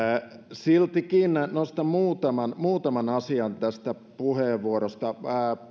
siltikin nostan muutaman muutaman asian tästä puheenvuorosta